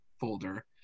folder